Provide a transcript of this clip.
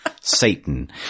satan